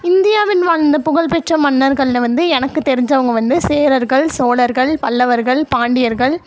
இந்தியாவில் வாழ்ந்த புகழ்பெற்ற மன்னர்களில் வந்து எனக்கு தெரிஞ்சவங்க வந்து சேரர்கள் சோழர்கள் பல்லவர்கள் பாண்டியர்கள்